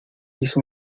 hizo